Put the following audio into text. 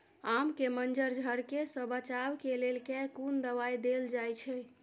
आम केँ मंजर झरके सऽ बचाब केँ लेल केँ कुन दवाई देल जाएँ छैय?